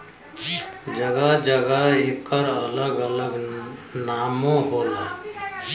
जगह जगह एकर अलग अलग नामो होला